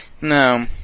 No